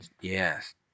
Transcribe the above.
Yes